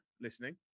listening